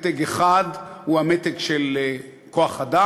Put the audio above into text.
מתג אחד הוא המתג של כוח-אדם,